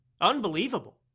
Unbelievable